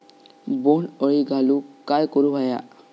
बोंड अळी घालवूक काय करू व्हया?